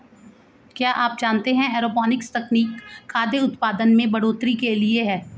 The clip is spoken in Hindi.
क्या आप जानते है एरोपोनिक्स तकनीक खाद्य उतपादन में बढ़ोतरी के लिए है?